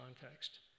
context